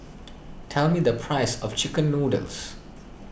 tell me the price of Chicken Noodles